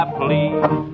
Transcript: please